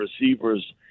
receivers